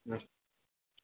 अस्तु